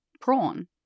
prawn